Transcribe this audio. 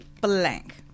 blank